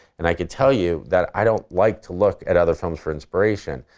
and i can tell you that i don't like to look at other films for inspiration,